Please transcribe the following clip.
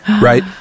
right